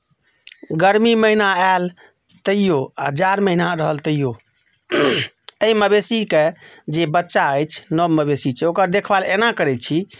गर्मी महिना आयल तैओ आ जाड़ महिना रहल तैओ अइ मवेशीकेँ जे बच्चा अछि नव मवेशी अछि ओकरा देखभाल एना करैत छी